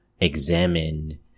examine